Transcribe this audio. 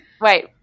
Wait